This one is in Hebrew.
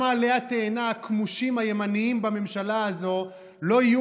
גם עלי התאנה הכמושים הימניים בממשלה הזאת לא יהיו